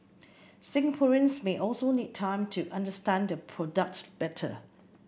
Singaporeans may also need time to understand the product better